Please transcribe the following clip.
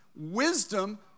wisdom